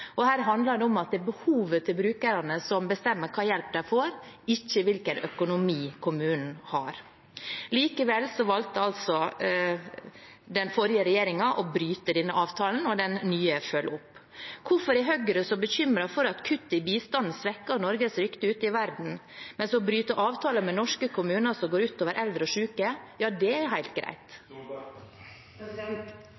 Her handler det om at det er behovet til brukerne som bestemmer hvilken hjelp de får, ikke hvilken økonomi kommunen har. Likevel valgte altså den forrige regjeringen å bryte denne avtalen, og den nye følger opp. Hvorfor er Høyre så bekymret for at kuttet i bistand svekker Norges rykte ute i verden, mens det å bryte avtaler med norske kommuner – noe som går ut over eldre og syke – er helt greit? Det er helt